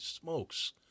smokes